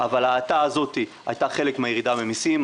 אבל האטה הזאת הייתה חלק מהירידה ממסים.